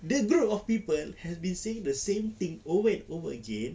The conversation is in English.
the group of people has been the same thing over and over again